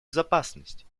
безопасность